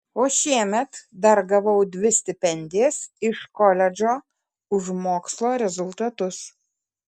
o šiemet dar gavau dvi stipendijas iš koledžo už mokslo rezultatus